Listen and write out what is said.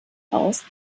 aus